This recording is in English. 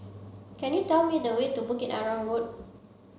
can you tell me the way to Bukit Arang Road